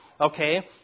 Okay